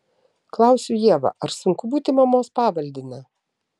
klausiu ievą ar sunku būti mamos pavaldine